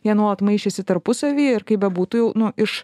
jie nuolat maišėsi tarpusavy ir kaip bebūtų jau nu iš